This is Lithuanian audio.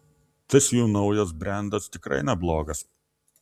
tas jų naujas brendas tikrai neblogas